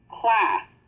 class